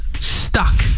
stuck